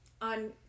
on